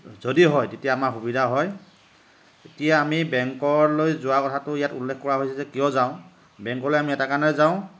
যদি হয় তেতিয়া আমাৰ সুবিধা হয় তেতিয়া আমি বেংকলৈ যোৱা কথাটো ইয়াত উল্লেখ কৰা হৈছে যে কিয় যাওঁ বেংকলৈ আমি এটা কাৰণেই যাওঁ